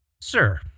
Sir